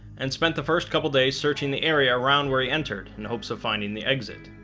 and spent the first couple days searching the area around where he entered, in hopes of finding the exit